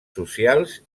socials